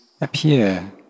appear